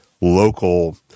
local